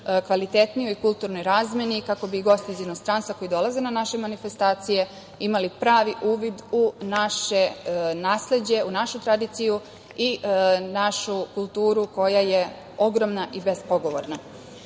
kvalitetnijoj kulturnoj razmeni, kako bi gosti iz inostranstva koji dolaze na naše manifestacije imali pravi uvid u naše nasleđe, u našu tradiciju i našu kulturu, koja je ogromna i bespogovorna. Prateći